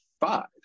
five